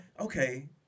okay